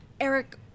Eric